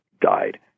died